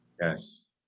Yes